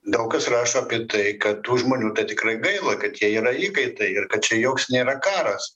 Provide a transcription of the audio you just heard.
daug kas rašo apie tai kad tų žmonių tikrai gaila kad jie yra įkaitai ir kad čia joks nėra karas